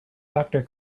doctor